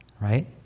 right